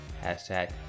Hashtag